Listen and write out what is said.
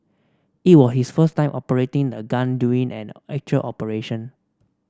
it was his first time operating the gun during an actual operation